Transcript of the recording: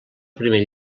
primer